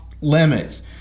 limits